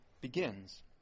begins